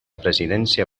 presidència